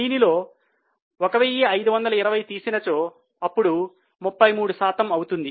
దీనిలో 1520 తీసినచో అప్పుడు 33 శాతం అవుతుంది